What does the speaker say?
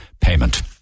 payment